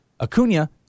Acuna